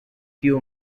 tiu